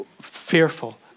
fearful